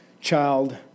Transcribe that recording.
child